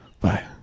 Bye